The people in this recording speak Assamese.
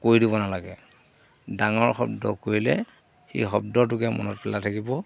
কৰি দিব নালাগে ডাঙৰ শব্দ কৰিলে সেই শব্দটোকে মনত পেলাই থাকিব